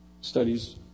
studies